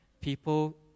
people